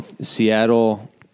Seattle